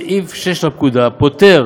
סעיף 6 לפקודה פוטר